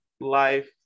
life